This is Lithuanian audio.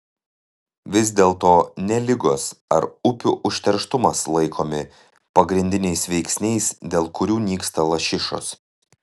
vis dėlto ne ligos ar upių užterštumas laikomi pagrindiniais veiksniais dėl kurių nyksta lašišos